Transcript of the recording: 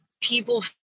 people